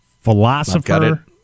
philosopher